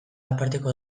aparteko